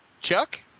Chuck